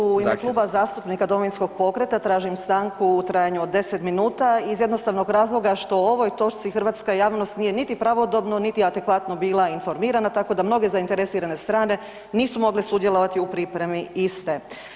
U ime Kluba zastupnika Domovinskog pokreta tražim stanku u trajanju od 10 minuta iz jednostavnog razloga što o ovoj točci hrvatska javnost nije niti pravodobno niti adekvatno bila informirana, tako da mnoge zainteresirane strane nisu mogle sudjelovati u pripremi iste.